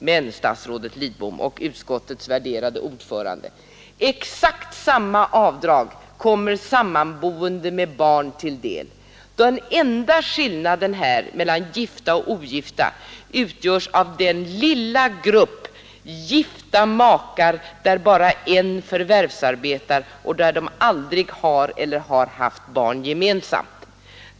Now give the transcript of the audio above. Men, statsrådet Lidbom och utskottets värderade ordförande, exakt samma avdrag kommer sammanboende med barn till del. Den enda skillnaden mellan gifta och ogifta utgörs här av den lilla grupp gifta makar där bara en förvärvsarbetar och där inga gemensamma barn finns.